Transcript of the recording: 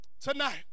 tonight